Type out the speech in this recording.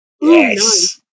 Yes